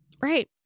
Right